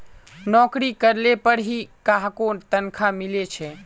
नोकरी करले पर ही काहको तनखा मिले छे